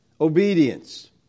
obedience